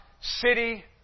city